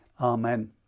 Amen